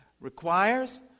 requires